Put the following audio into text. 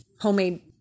homemade